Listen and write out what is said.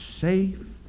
safe